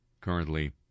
currently